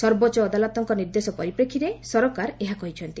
ସର୍ବୋଚ୍ଚ ଅଦାଲତଙ୍କ ନିର୍ଦ୍ଦେଶ ପରିପ୍ରେକ୍ଷୀରେ ସରକାର ଏହା କହିଛନ୍ତି